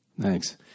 Thanks